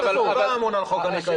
אנחנו לא אמונים על חוק הניקיון.